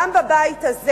גם בבית הזה.